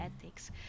ethics